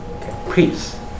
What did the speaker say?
Please